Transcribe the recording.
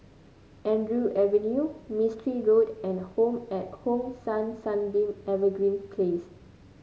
Andrews Avenue Mistri Road and Home at Hong San Sunbeam Evergreen Place